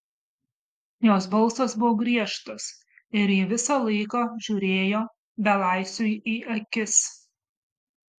jos balsas buvo griežtas ir ji visą laiką žiūrėjo belaisviui į akis